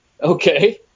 okay